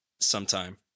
Sometime